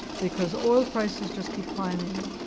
because oil prices just keep climbing.